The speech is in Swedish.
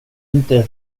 inte